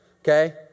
Okay